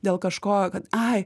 dėl kažko kad ai